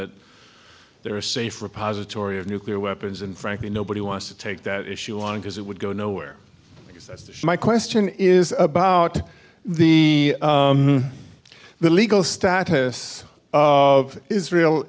that there are safer posits ory of nuclear weapons and frankly nobody wants to take that issue on because it would go nowhere my question is about the the legal status of israel